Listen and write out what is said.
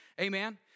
Amen